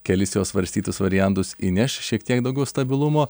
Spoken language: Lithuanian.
kelis jo svarstytus variantus įneš šiek tiek daugiau stabilumo